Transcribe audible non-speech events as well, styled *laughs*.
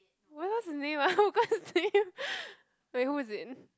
what's his name ah *laughs* I forgot his name *laughs* wait who is it